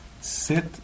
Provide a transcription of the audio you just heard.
Sit